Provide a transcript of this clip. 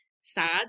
sad